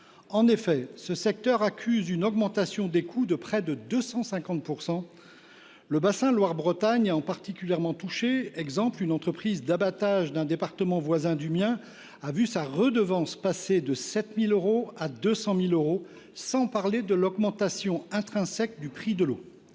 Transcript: potable : ce secteur accuse une augmentation des coûts de près de 250 %! Le bassin Loire Bretagne est particulièrement touché. Par exemple, une entreprise d’abattage d’un département voisin du mien a vu sa redevance passer de 7 000 à 200 000 euros. Et je ne parle pas de l’augmentation intrinsèque du prix de l’eau…